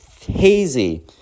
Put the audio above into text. hazy